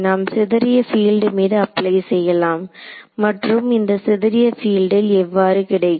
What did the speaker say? நாம் சிதறிய பீல்ட் மீது அப்ளை செய்யலாம் மற்றும் இந்த சிதறிய பீல்டில் எவ்வாறு கிடைக்கும்